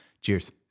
Cheers